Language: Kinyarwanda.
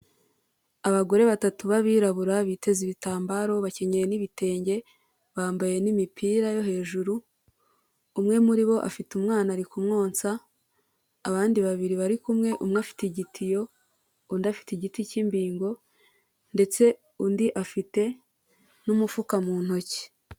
Abagore batatu b'abirabura biteze ibitambaro bakinyeye n'ibitenge, bambaye n'imipira yo hejuru umwe muri bo afite umwana ari kumwonsa, abandi babiri bari kumwe umwe afite igitiyo, undi afite igiti cy'imbingo ndetse undi afite n'umufuka mu ntoki.